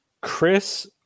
Chris